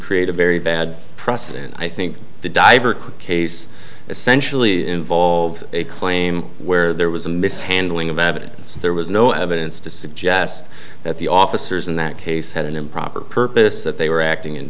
create a very bad precedent and i think the diver case essentially involved a claim where there was a mishandling of evidence there was no evidence to suggest that the officers in that case had an improper purpose that they were acting